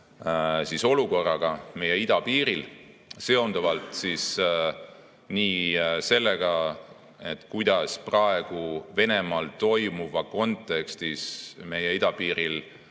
olukorraga meie idapiiril, seonduvalt sellega, kuidas praegu Venemaal toimuva kontekstis meie idapiiril